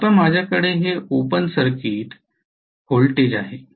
आता माझ्याकडे हे ओपन सर्किट व्होल्टेज आहे